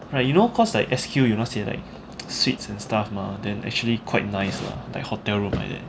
like you know because like S_Q 有那些 like suites and stuff mah then actually quite nice lah like hotel room like that